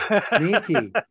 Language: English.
sneaky